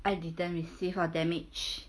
I didn't receive or damage